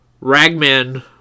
ragman